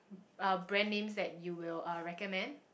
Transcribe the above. uh brand names that you will uh recommend